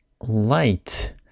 light